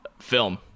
film